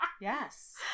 Yes